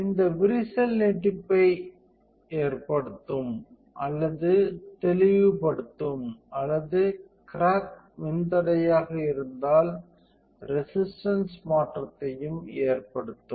இந்த விரிசல் நீட்டிப்பை ஏற்படுத்தும் அல்லது தெளிவுபடுத்தும் அல்லது கிராக் மின்தடையாக இருந்தால் ரேசிஸ்டன்ஸ் மாற்றத்தையும் ஏற்படுத்தும்